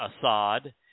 Assad